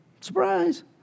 Surprise